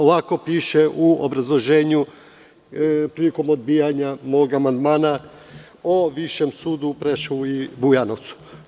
Ovako piše u obrazloženju prilikom odbijanja mog amandmana o Višem sudu u Preševu i u Bujanovcu.